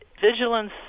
vigilance